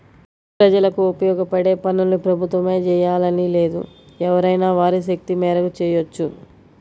ప్రజలకు ఉపయోగపడే పనుల్ని ప్రభుత్వమే జెయ్యాలని లేదు ఎవరైనా వారి శక్తి మేరకు చెయ్యొచ్చు